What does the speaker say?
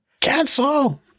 Cancel